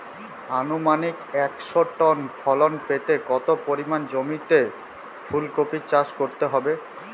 আনুমানিক একশো টন ফলন পেতে কত পরিমাণ জমিতে ফুলকপির চাষ করতে হবে?